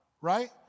right